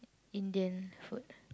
Indian food